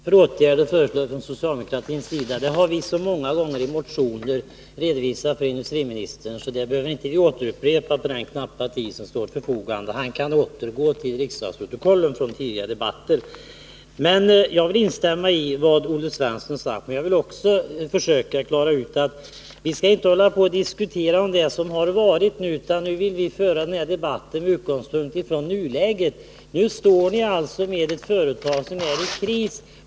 Herr talman! Industriministern frågar vilka åtgärder socialdemokraterna föreslår. Men vi har ju så många gånger i motioner redovisat dessa för industriministern, så det är inte lämpligt med en upprepning med hänsyn till den knappa tid som står till förfogande. Industriministern kan gå tillbaka till riksdagsprotokollen från tidigare debatter. Jag instämmer i Olle Svenssons uttalande men vill också framhålla att vi inte bör diskutera vad som har varit. Debatten bör föras med utgångspunkt i nuläget. Nu står ni alltså där med ett företag i kris.